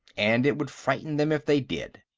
and it would frighten them if they did.